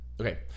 okay